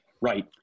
right